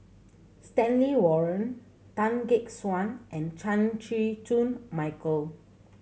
Stanley Warren Tan Gek Suan and Chan Chew Koon Michael